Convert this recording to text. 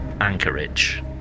Anchorage